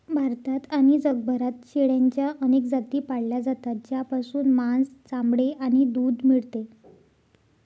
भारतात आणि जगभरात शेळ्यांच्या अनेक जाती पाळल्या जातात, ज्यापासून मांस, चामडे आणि दूध मिळते